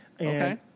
Okay